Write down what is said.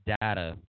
data